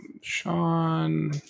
Sean